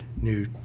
new